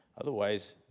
Otherwise